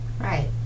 right